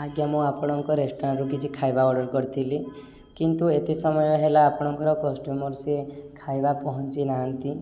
ଆଜ୍ଞା ମୁଁ ଆପଣଙ୍କ ରେଷ୍ଟୁରାଣ୍ଟରୁ କିଛି ଖାଇବା ଅର୍ଡ଼ର୍ କରିଥିଲି କିନ୍ତୁ ଏତେ ସମୟ ହେଲା ଆପଣଙ୍କର କଷ୍ଟମର୍ ସେ ଖାଇବା ପହଞ୍ଚି ନାହାନ୍ତି